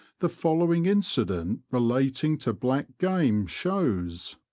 the following incident relating to black game shows